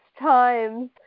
times